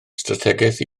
strategaeth